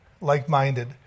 like-minded